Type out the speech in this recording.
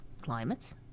climate